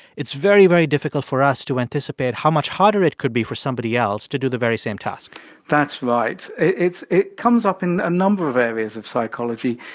it's very, very difficult for us to anticipate how much harder it could be for somebody else to do the very same task that's right. it's it comes up in a number of areas of psychology,